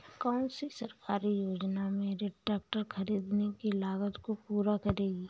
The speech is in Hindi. कौन सी सरकारी योजना मेरे ट्रैक्टर ख़रीदने की लागत को पूरा करेगी?